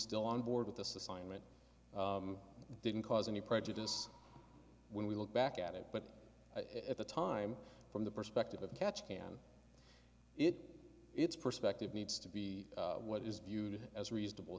still on board with this assignment didn't cause any prejudice when we look back at it but at the time from the perspective of catch can it it's perspective needs to be what is viewed as reasonable